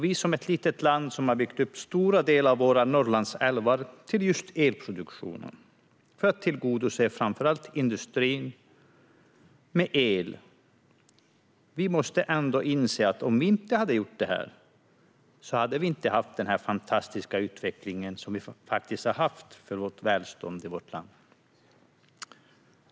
Vi, som ett litet land som har byggt ut stora delar av våra Norrlandsälvar till just elproduktion för att tillgodose framför allt industrins behov av el, måste inse att om vi inte hade gjort detta hade vi heller inte haft den fantastiska utveckling som vi faktiskt haft för välståndet i vårt land.